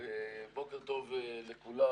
בוקר טוב לכולם.